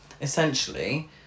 essentially